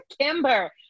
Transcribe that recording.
Kimber